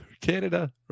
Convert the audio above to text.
Canada